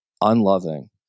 unloving